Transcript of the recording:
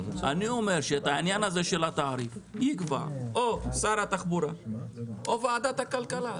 אני אומר שאת העניין הזה של התעריף יקבע או שר התחבורה או ועדת הכלכלה.